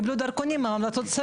אכן מעוררת בעיות קשות ויוצרת מסלול